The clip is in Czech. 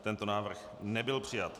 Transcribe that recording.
Tento návrh nebyl přijat.